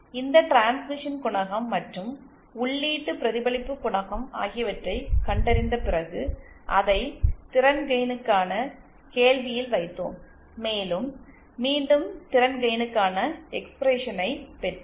இந்த டிரான்ஸ்மிஷன் குணகம் மற்றும் உள்ளீட்டு பிரதிபலிப்பு குணகம் ஆகியவற்றைக் கண்டறிந்த பிறகு அதை திறன் கெயினுக்கான கேள்வியில் வைத்தோம் மேலும் மீண்டும் திறன் கெயினுக்கான எக்ஸ்பிரேஷனை பெற்றோம்